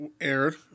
aired